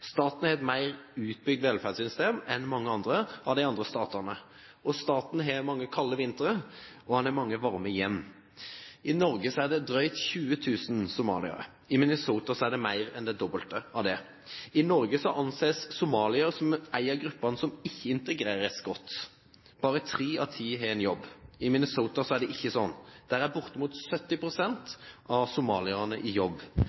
Staten har et mer utbygd velferdssystem enn mange av de andre statene. Staten har mange kalde vintre, og den har mange varme hjem. I Norge er det drøyt 20 000 somaliere. I Minnesota er det mer enn det dobbelte av det. I Norge anses somaliere som en av gruppene som ikke integreres godt, og bare tre av ti har en jobb. I Minnesota er det ikke sånn. Der er bortimot 70 pst. av somalierne i jobb.